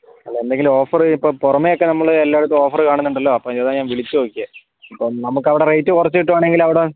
അല്ല എന്തെങ്കിലും ഓഫറ് ഇപ്പോൾ പുറമെ ഒക്കെ നമ്മൾ എല്ലായിടത്തും ഓഫർ കാണുന്നുണ്ടല്ലോ അപ്പോൾ അതിന് അതാണ് ഞാൻ വിളിച്ചു നോക്കിയത് ഇപ്പം നമുക്കവിടെ റേറ്റ് കുറച്ച് കിട്ടുകയാണെങ്കിൽ അവിടെ